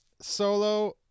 Solo